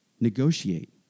Negotiate